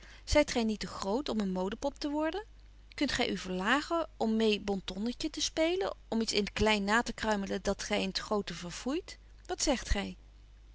zyt gy niet te groot om een modepop te worden kunt gy u verlagen om mee bontonnetje te spelen om iets in t klein na te kruimelen dat gy in t grote verfoeit wat zegt gy